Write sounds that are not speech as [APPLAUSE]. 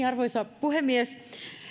[UNINTELLIGIBLE] arvoisa puhemies